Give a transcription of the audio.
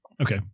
Okay